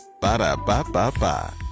Ba-da-ba-ba-ba